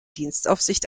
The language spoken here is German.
dienstaufsicht